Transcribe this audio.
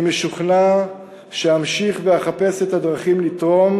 אני משוכנע שאמשיך ואחפש את הדרכים לתרום,